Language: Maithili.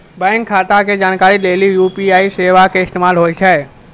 बैंक खाता के जानकारी लेली यू.पी.आई सेबा के इस्तेमाल होय छै